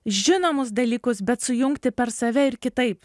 žinomus dalykus bet sujungti per save ir kitaip